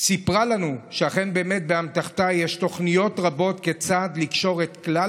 היא סיפרה לנו שאכן יש באמתחתה תוכניות רבות כיצד לקשור את כלל